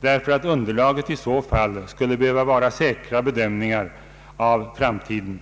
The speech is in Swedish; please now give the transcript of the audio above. därför att underlaget i så fall skulle behöva vara säkra bedömningar av framtiden.